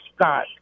Scott